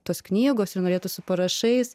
tos knygos ir norėtų su parašais